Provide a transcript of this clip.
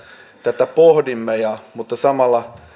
tätä pohdimme mutta samalla